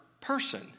person